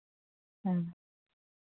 ᱦᱮᱸ